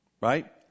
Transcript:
right